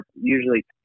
usually